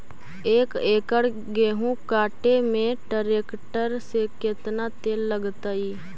एक एकड़ गेहूं काटे में टरेकटर से केतना तेल लगतइ?